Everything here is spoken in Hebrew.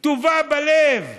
טובה בלב,